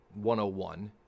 101